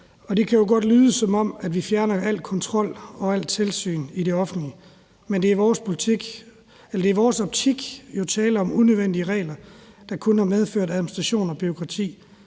Det kan jo godt lyde, som om vi fjerner al kontrol og alt tilsyn i det offentlige, men der er i vores optik jo tale om nødvendige regler, der kun har medført administration og bureaukrati.